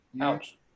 Ouch